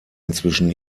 inzwischen